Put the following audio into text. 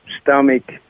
stomach